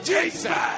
Jesus